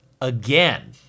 again